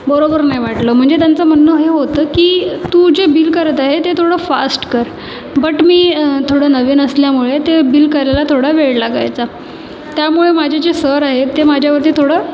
बरोबर नाही वाटलं म्हणजे त्यांचं म्हणणं हे होतं की तू जे बिल करत आहे ते थोडं फास्ट कर बट मी थोडं नवीन असल्यामुळे ते बिल करायला थोडा वेळ लागायचा त्यामुळे माझे जे सर आहेत ते माझ्यावरती थोडं